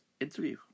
interview